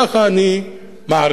כך אני מעריך.